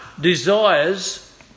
desires